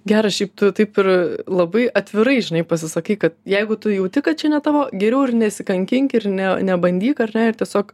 geras šiaip tu taip ir labai atvirai žinai pasisakei kad jeigu tu jauti kad čia ne tavo geriau ir nesikankink ir ne nebandyk ar ne ir tiesiog